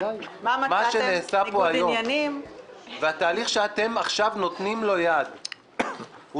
מה שנעשה פה היום והתהליך שאתם עכשיו נותנים לו יד הוא